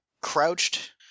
crouched